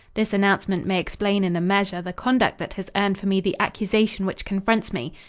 this announcement may explain in a measure the conduct that has earned for me the accusation which confronts me.